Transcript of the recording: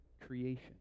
creation